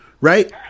right